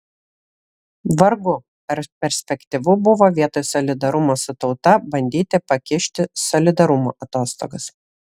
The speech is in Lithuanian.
vargu ar perspektyvu buvo vietoj solidarumo su tauta bandyti pakišti solidarumo atostogas